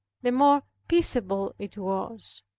the more peaceable it was.